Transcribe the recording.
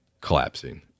collapsing